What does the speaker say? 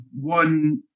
one